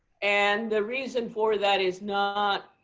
and the reason for that is not,